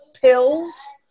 pills